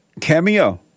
Cameo